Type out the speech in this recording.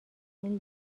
این